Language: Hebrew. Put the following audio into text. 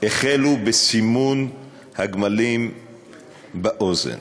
החלו בסימון הגמלים באוזן,